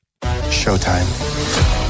showtime